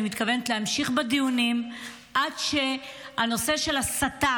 מתכוונת להמשיך בדיונים עד שהנושא של ההסתה,